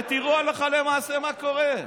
ותראו הלכה למעשה מה קורה.